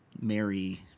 marry